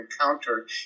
encounter